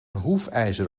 hoefijzer